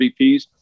MVPs